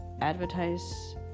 advertise